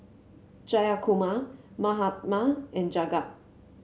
Jayakumar Mahatma and Jagat